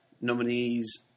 Nominees